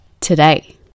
today